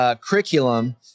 curriculum